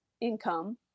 income